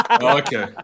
Okay